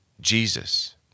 Jesus